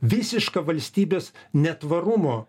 visišką valstybės netvarumo